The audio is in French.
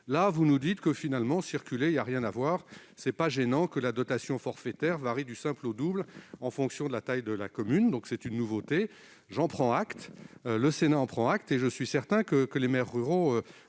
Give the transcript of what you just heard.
Là, vous nous dites finalement de circuler, qu'il n'y a rien à voir, et qu'il n'est pas gênant que la dotation forfaitaire varie du simple au double en fonction de la taille de la commune. C'est une nouveauté, j'en prends acte, le Sénat en prend acte et je suis certain que les maires ruraux